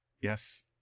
Yes